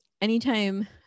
anytime